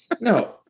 No